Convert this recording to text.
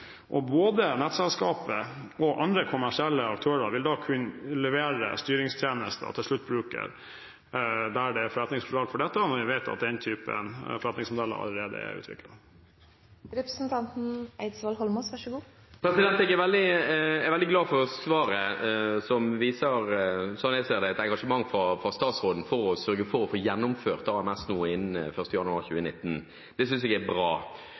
Både nettselskapene og andre kommersielle aktører vil da kunne levere styringstjenester til sluttbruker, der det er forretningsgrunnlag for dette, når vi vet at den typen forretningsmodeller allerede er utviklet. Jeg er veldig glad for svaret. Det viser, sånn jeg ser det, et engasjement fra statsråden for å sørge for å få gjennomført AMS nå innen 1. januar 2019. Det synes jeg er bra,